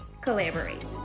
collaborate